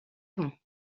bon